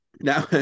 now